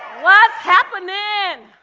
what's happening?